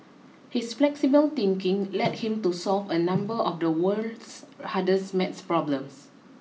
his flexible thinking led him to solve a number of the world's hardest math problems